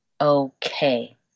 okay